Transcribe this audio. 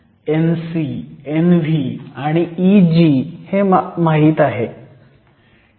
Nc Nv आणि Eg माहीत आहे